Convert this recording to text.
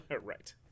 right